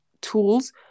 tools